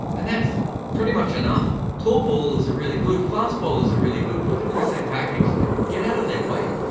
and that's pretty much enough. tall bowlers are really good, fast bowlers are really good, put them in the same package and get out of their way.